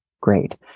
great